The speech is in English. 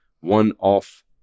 one-off